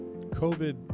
covid